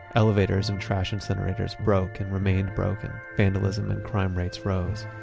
elevators and trash incinerators broke and remained broken. vandalism and crime rates rose